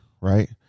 right